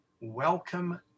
Welcome